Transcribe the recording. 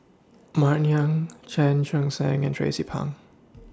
Martin Yan Chan Chun Sing and Tracie Pang